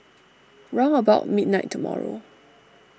round about midnight tomorrow